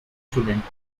students